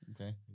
Okay